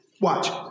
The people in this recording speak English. Watch